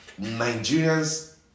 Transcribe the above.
Nigerians